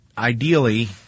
Ideally